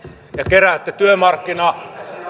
ja keräätte